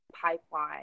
pipeline